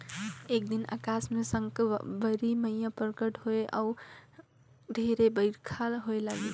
एक दिन अकास मे साकंबरी मईया परगट होईस अउ ढेरे बईरखा होए लगिस